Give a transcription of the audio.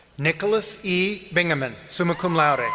nicholas e. bingeman, summa cum laude. ah